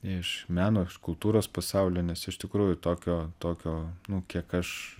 iš meno kultūros pasaulio nes iš tikrųjų tokio tokio nu kiek aš